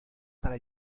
para